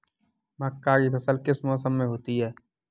मक्का की फसल किस मौसम में होती है?